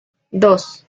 dos